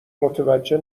متوجه